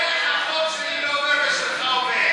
איך החוק שלי לא עובר ושלך עובר,